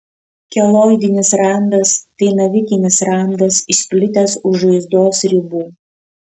keloidinis randas tai navikinis randas išplitęs už žaizdos ribų